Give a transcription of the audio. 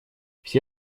все